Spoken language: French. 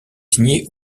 signée